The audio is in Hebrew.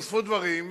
נוספו דברים,